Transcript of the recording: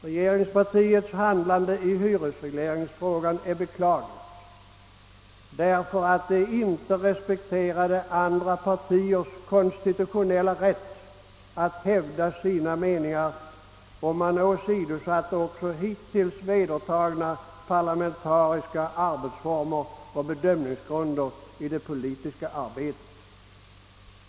Regeringspartiets handlande i hyresregleringsfrågan är beklagligt därför att det inte respekterade andra partiers konstitutionella rätt att hävda sina meningar. Regeringspartiet åsidosatte också hittills vedertagna parlamentariska arbetsformer och bedömningsgrunder i det politiska arbetet.